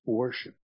worship 。